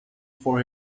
for